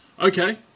okay